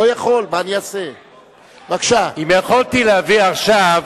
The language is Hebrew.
להביא עכשיו